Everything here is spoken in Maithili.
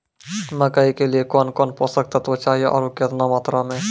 मकई के लिए कौन कौन पोसक तत्व चाहिए आरु केतना मात्रा मे?